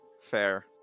fair